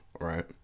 right